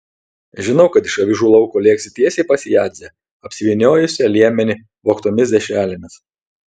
žinau kad iš avižų lauko lėksi tiesiai pas jadzę apsivyniojusią liemenį vogtomis dešrelėmis